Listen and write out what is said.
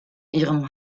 ihrem